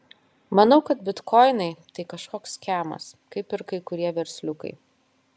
manau kad bitkoinai tai kažkoks skemas kaip ir kai kurie versliukai